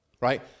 right